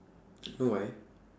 know why